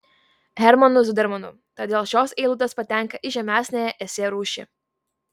hermanu zudermanu todėl šios eilutės patenka į žemesniąją esė rūšį